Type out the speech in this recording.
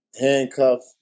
handcuffed